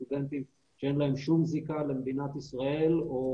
סטודנטים שאין להם שום זיקה למדינת ישראל או